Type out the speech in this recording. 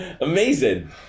Amazing